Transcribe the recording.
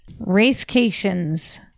racecations